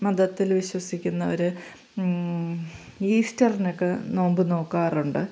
മതത്തിൽ വിശ്വസിക്കുന്നവർ ഈസ്റ്ററിനൊക്കെ നോമ്പ് നോക്കാറുണ്ട്